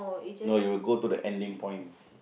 no you go to the ending point